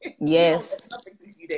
Yes